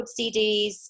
cds